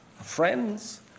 friends